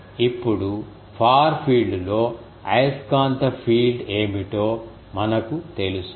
ఇప్పుడు far field లో అయస్కాంతఫీల్డ్ ఏమిటో మనకు తెలుసు